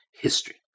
history